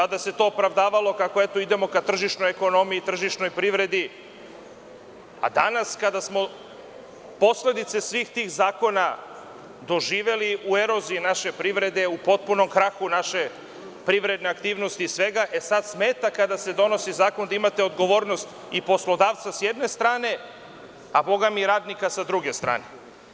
Tada se to opravdavalo kako idemo ka tržišnoj ekonomiji, tržišnoj privredi, a danas kada smo posledice svih tih zakona doživeli u eroziji naše privrede, u potpunom krahu naše privredne aktivnosti i svega, sada smeta kada se donosi zakon da imate odgovornost i poslodavca sa jedne strane, a bogami i radnika sa druge strane.